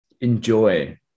enjoy